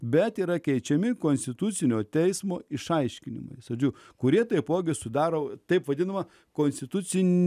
bet yra keičiami konstitucinio teismo išaiškinimais žodžiu kurie taipogi sudaro taip vadinamą konstitucinį